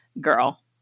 girl